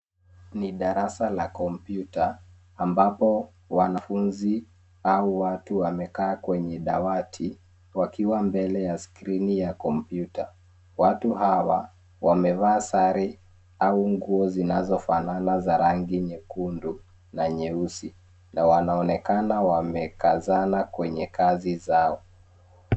Ni darasa la kompyuta ambapo wanafunzi au watu wamekaa kwenye dawati wakiwa mbele ya skrini ya kompyuta. Watu hawa wamevaa sare au nguo zinazofanana za rangi nyekundu na nyeusi na wanaonekana wamekazana kwenye kazi zao.